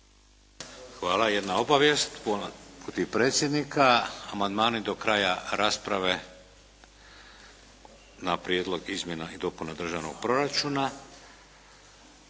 Hvala. Jedna obavijest predsjednika. Amandmani do kraja rasprave na Prijedlog izmjena i dopuna državnog proračuna.